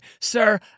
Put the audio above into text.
sir